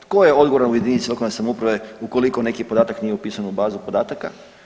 Tko je odgovoran u jedinice lokalne samouprave ukoliko neki podatak nije upisan u bazu podataka?